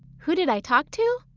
who did i talk to?